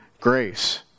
grace